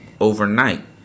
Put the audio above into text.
overnight